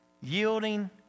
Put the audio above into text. yielding